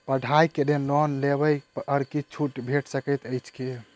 पढ़ाई केँ लेल लोन लेबऽ पर किछ छुट भैट सकैत अछि की?